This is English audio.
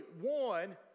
one